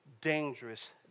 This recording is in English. dangerous